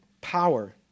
power